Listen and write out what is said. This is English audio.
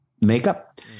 makeup